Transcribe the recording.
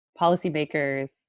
policymakers